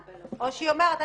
או שהיא אומרת,